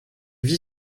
vit